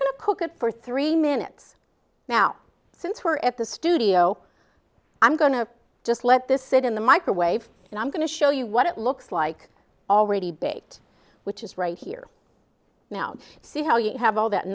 going to cook it for three minutes now since we're at the studio i'm going to just let this sit in the microwave and i'm going to show you what it looks like already baked which is right here now see how you have all that